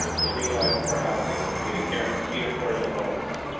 to legalize more housing, create guaranteed affordable homes,